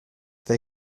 they